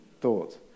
thoughts